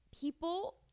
people